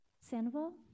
Sandoval